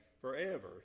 forever